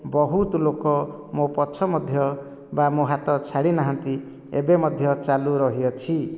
ବହୁତ ଲୋକ ମୋ ପଛେ ମଧ୍ୟ ବା ମୋ ହାତ ଛାଡ଼ିନାହାନ୍ତି ଏବେ ମଧ୍ୟ ଚାଲୁ ରହିଅଛି